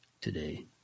today